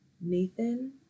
Nathan